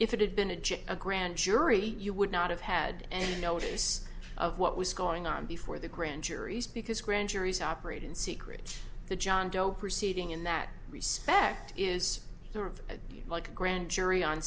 judge a grand jury you would not have had and notice of what was going on before the grand juries because grand juries operate in secret the john doe proceeding in that respect is sort of like a grand jury on